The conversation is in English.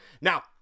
Now